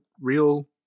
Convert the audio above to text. real